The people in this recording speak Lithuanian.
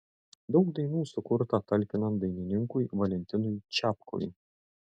daug dainų sukurta talkinant dainininkui valentinui čepkui